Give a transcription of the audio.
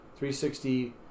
360